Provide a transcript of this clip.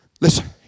Listen